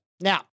Now